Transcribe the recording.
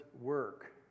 work